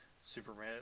Superman